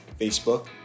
Facebook